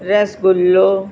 रसगुल्लो